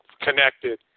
connected